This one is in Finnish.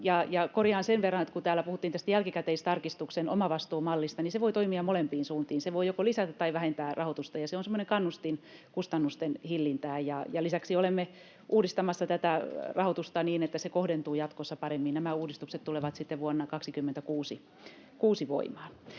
korjaan sen verran, että kun täällä puhuttiin tästä jälkikäteistarkistuksen omavastuumallista, niin se voi toimia molempiin suuntiin. Se voi joko lisätä tai vähentää rahoitusta, ja se on semmoinen kannustin kustannusten hillintään. Lisäksi olemme uudistamassa tätä rahoitusta niin, että se kohdentuu jatkossa paremmin. Nämä uudistukset tulevat sitten vuonna 26 voimaan.